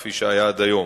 כפי שהיה עד היום.